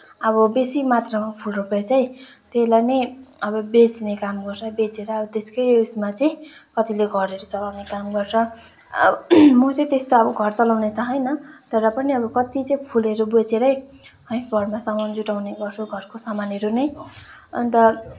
अब बेसी मात्रामा फुल रोपेर चाहिँ त्यसलाई नै अब बेच्ने काम गर्छ बेचेर अब त्यसकै उसमा चाहिँ कतिले घरहरू चलाउने काम गर्छ अब म चाहिँ त्यस्तो अब घर चालाउने त होइन तर पनि अब कति चाहिँ फुलहरू बेचेरै है घरमा सामान जुटाउने गर्छु घरको सामानहरू नै अन्त